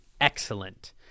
excellent